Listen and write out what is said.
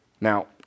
now